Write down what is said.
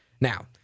Now